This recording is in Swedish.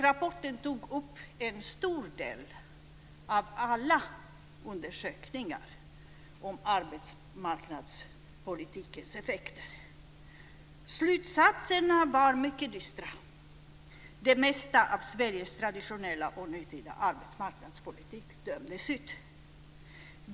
Rapporten tog upp en stor del av alla undersökningar om arbetsmarknadspolitikens effekter. Slutsatserna var mycket dystra. Det mesta av Sveriges traditionella och nutida arbetsmarknadspolitik dömdes ut.